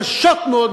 קשות מאוד,